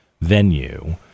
venue